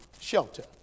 shelter